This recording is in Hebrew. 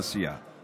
הצעת חוק ממשלתית.